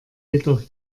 jedoch